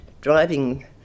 driving